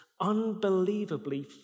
unbelievably